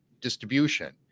distribution